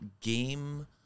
game